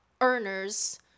earners